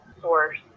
source